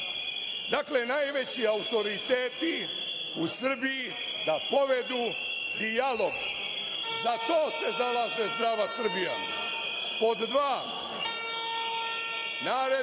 Dakle, najveći autoriteti u Srbiji da povedu dijalog. Za to se zalaže Zdrava Srbija. Pod dva, narednim